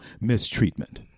mistreatment